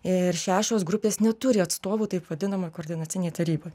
ir šešios grupės neturi atstovų taip vadinamoj koordinacinėj taryboj